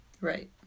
right